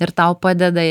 ir tau padeda